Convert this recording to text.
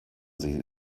sie